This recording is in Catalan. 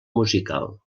musical